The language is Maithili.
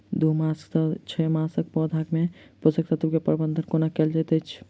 दू मास सँ छै मासक पौधा मे पोसक तत्त्व केँ प्रबंधन कोना कएल जाइत अछि?